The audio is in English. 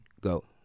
go